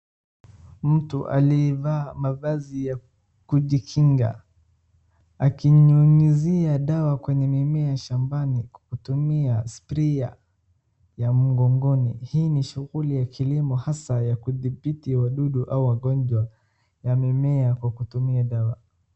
Mtu aliyevaa mavazi ya kujikinga akinyunyuzia dawa kwenye mimea shambani kwa kutumia sprayer ya mgongoni. Hii ni shughuli ya kilimo hasa ya kudhibiti wadudu au wagonjwa ya mimea kwa kutumia dawa.